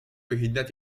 behindert